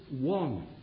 one